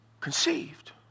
conceived